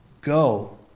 Go